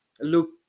look